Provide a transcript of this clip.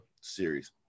series